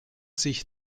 sich